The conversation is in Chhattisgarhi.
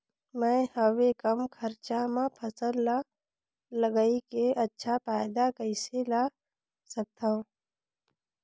मैं हवे कम खरचा मा फसल ला लगई के अच्छा फायदा कइसे ला सकथव?